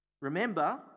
Remember